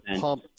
pump